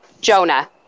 Jonah